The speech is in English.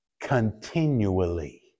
continually